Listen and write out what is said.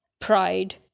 pride